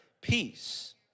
peace